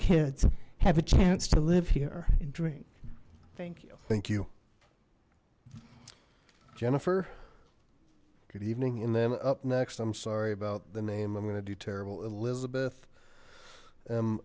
kids have a chance to live here and drink thank you thank you jennifer good evening and then up next i'm sorry about the name i'm going to do terrible elizabeth m